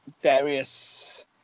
various